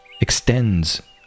extends